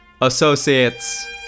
associates